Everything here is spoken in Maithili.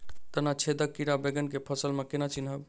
तना छेदक कीड़ा बैंगन केँ फसल म केना चिनहब?